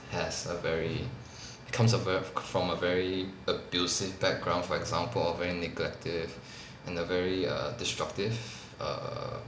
has a very comes a ver~ from a very abusive background for example a very neglective and a very err disruptive err